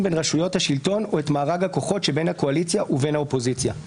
בין רשויות השלטון או את מארג הכוחות שבין הקואליציה ובין האופוזיציה.